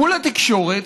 מול התקשורת,